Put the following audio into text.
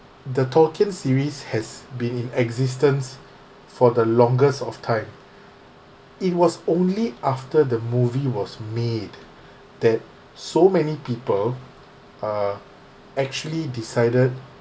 the tolkien series has been in existence for the longest of time it was only after the movie was made that so many people uh actually decided